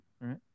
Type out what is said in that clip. right